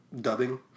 dubbing